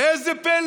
וראה זה פלא,